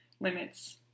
limits